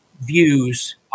views